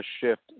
shift